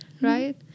right